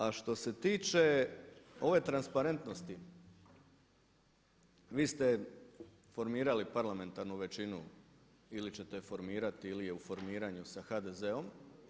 A što se tiče ove transparentnosti vi ste formirali parlamentarnu većinu ili ćete je formirati ili je u formiranju sa HDZ-om.